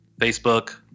Facebook